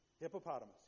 Hippopotamus